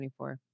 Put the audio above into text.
24